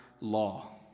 law